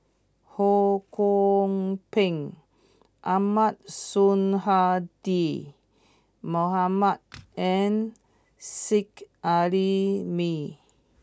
Ho Kwon Ping Ahmad Sonhadji Mohamad and Seet Ai Mee